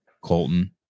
Colton